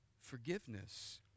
forgiveness